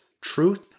truth